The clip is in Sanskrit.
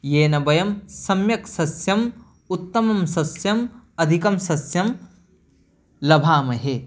येन वयं सम्यक् सस्यम् उत्तमं सस्यम् अधिकं सस्यं लभामहे